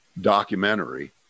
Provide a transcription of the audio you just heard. documentary